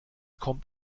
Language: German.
kommt